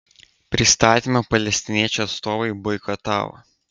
pristatymą palestiniečių atstovai boikotavo